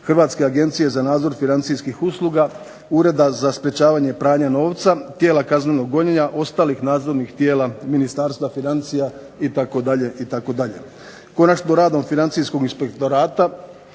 Hrvatske agencije za nadzor financijskih usluga, Ureda za sprječavanje pranja novca, tijela kaznenog gonjenja, ostalih nadzornih tijela Ministarstva financija itd., itd. Konačno, radom financijskog inspektorata